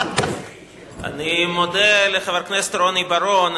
אני מודה לחבר הכנסת רוני בר-און.